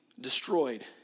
destroyed